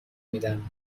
میدم